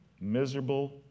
miserable